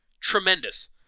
Tremendous